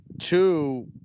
Two